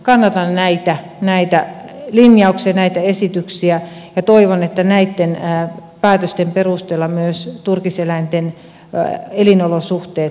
kannatan näitä linjauksia näitä esityksiä ja toivon että näitten päätösten perusteella myös turkiseläinten elinolosuhteet paranevat